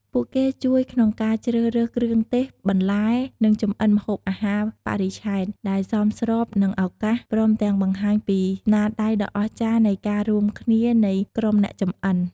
ពួកគេជួយក្នុងការជ្រើសរើសគ្រឿងទេស បន្លែ និងចម្អិនម្ហូបអាហារបរិច្ឆេទ ដែលសមស្របនឹងឱកាស ព្រមទាំងបង្ហាញពីស្នាដៃដ៏អស្ចារ្យនៃការរួមគ្នានៃក្រុមអ្នកចម្អិន។